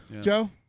Joe